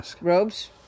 robes